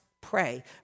pray